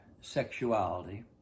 sexuality